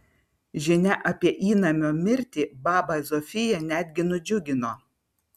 žinia apie įnamio mirtį babą zofiją netgi nudžiugino